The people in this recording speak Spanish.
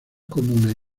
comunes